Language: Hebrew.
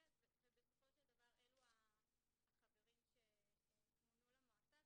ובסופו של דבר אלו החברים שמונו למועצה.